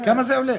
זה עולה?